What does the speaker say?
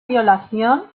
violación